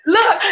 Look